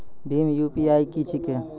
भीम UPI की छीके?